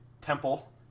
Temple